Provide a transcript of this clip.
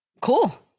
Cool